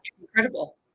incredible